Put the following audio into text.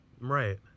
Right